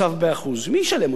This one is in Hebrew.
מי ישלם את זה?